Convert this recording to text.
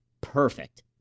Perfect